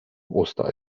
osterei